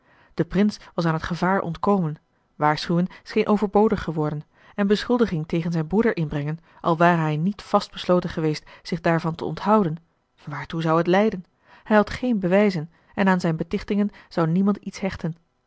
de prins was aan het gevaar ontkomen waarschuwen scheen overbodig geworden en beschuldiging tegen zijn broeder inbrengen al ware hij niet vast besloten geweest zich daarvan te onthouden waartoe zou het leiden hij had geene bewijzen en aan zijne betichtingen zou niemand iets hechten